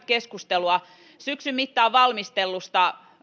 keskustelua syksyn mittaan valmistellusta